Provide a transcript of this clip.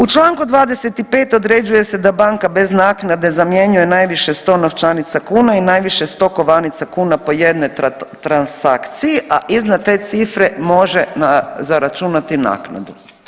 U čl. 25. određuje se da banka bez naknade zamjenjuje najviše 100 novčanica kuna i najviše 100 kovanica kuna po jednoj transakciji, a iznad te cifre može zaračunati naknadu.